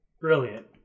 Brilliant